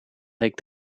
leek